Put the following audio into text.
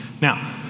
Now